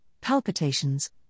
palpitations